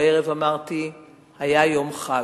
אמרתי שיום שני בערב היה יום חג,